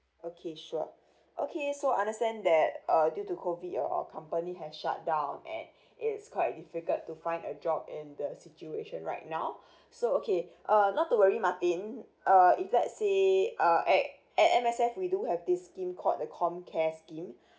okay sure okay so understand that uh due to COVID your company has shut down and it's quite difficult to find a job in the situation right now so okay uh not to worry martin uh if let's say uh at at M_S_F we do have this scheme called the comcare scheme